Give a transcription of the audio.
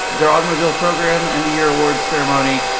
the automobile program and the year awards ceremony.